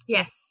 Yes